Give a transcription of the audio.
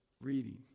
reading